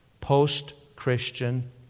post-Christian